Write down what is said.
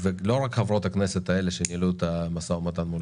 לא רק חברות הכנסת האלה שניהלו את המשא ומתן מול